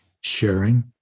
sharing